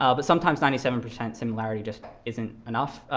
um but sometimes, ninety seven percent similarity just isn't enough,